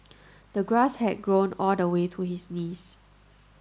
the grass had grown all the way to his knees